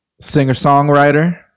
Singer-songwriter